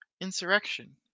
insurrection